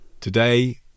Today